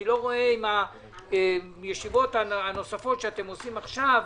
עם הישיבות הנוספות שאתם עורכים עכשיו,